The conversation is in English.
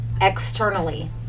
externally